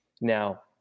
Now